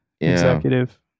executive